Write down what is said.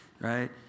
right